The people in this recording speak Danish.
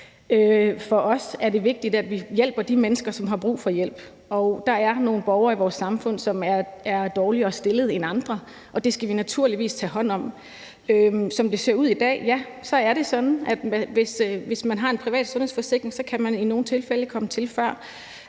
For os er det vigtigt, at vi hjælper de mennesker, som har brug for hjælp, og der er nogle borgere i vores samfund, som er dårligere stillet end andre, og det skal vi naturligvis tage hånd om. Som det ser ud i dag, ja, så er det sådan, at hvis man har en privat sundhedsforsikring, kan man i nogle tilfælde komme til før.